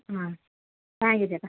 ആ thank you ചേട്ടാ